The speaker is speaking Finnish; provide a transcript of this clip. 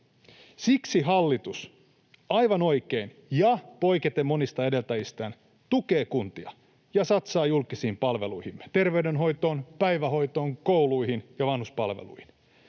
Siksi hallitus aivan oikein — ja poiketen monista edeltäjistään — tukee kuntia ja satsaa julkisiin palveluihin: terveydenhoitoon, päivähoitoon, kouluihin ja vanhuspalveluihin.